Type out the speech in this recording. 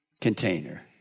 container